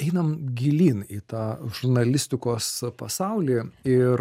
einam gilyn į tą žurnalistikos pasaulį ir